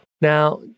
Now